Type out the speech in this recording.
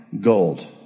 gold